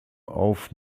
auf